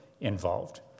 involved